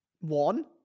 One